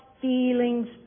feelings